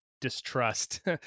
distrust